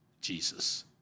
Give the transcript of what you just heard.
Jesus